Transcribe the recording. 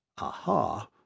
Aha